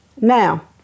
Now